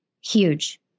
huge